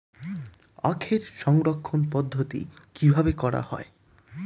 আখের সংরক্ষণ পদ্ধতি কিভাবে করা হয়?